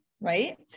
right